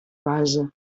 base